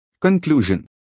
Conclusion